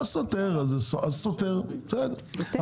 זה סותר הסכמי סחר.